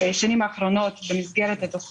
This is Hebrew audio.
אני לא יודע מה אבל אני מאמין שאם זה קורונה,